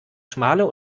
schmale